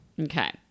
Okay